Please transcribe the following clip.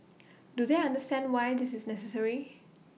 do they understand why this is necessary